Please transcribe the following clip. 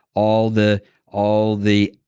all the all the,